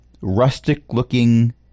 rustic-looking